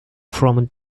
from